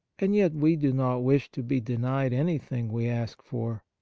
and yet we do not wish to be denied anything we ask for.